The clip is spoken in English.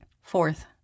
Fourth